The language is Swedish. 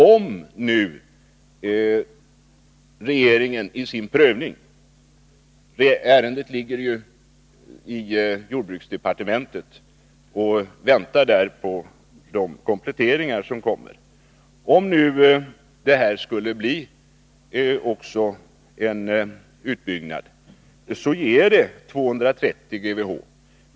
Om nu regeringen i sin prövning av ärendet, som ligger i jordbruksdepartementet och väntar på kompletteringar, skulle bestämma sig för en utbyggnad, ger det 230 GWh.